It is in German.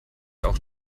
auch